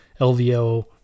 LVO